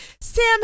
Sam